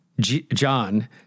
John